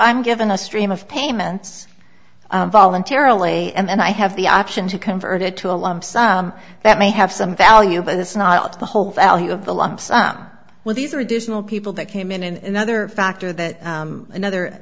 i'm given a stream of payments voluntarily and i have the option to convert it to a law that may have some value but it's not the whole value of the lump sum well these are additional people that came in and the other factor that another